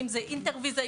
אם זה אינטר ויזה,